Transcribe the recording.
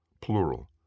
plural